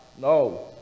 no